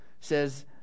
says